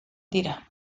dira